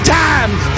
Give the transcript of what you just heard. times